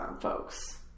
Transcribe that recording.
folks